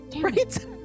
right